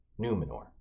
Numenor